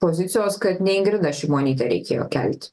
pozicijos kad ne ingridą šimonytę reikėjo kelt